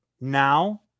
now